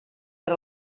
per